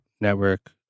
network